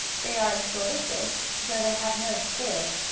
they are a sort of fish, though they have no scales.